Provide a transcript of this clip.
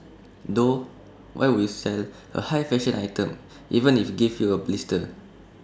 though why would you sell A high fashion item even if IT gives you blisters